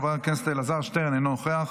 חבר הכנסת אלעזר שטרן אינו נוכח,